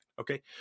okay